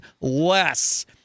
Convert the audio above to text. less